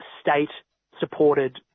state-supported